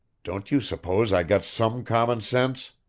don't you suppose i got some common sense?